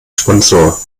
sponsor